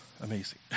amazing